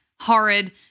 horrid